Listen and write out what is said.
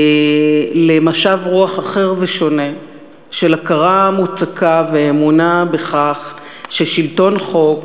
למשב רוח אחר ושונה של הכרה מוצקה ואמונה בכך ששלטון חוק,